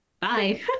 bye